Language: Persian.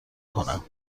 کنم